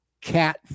Cat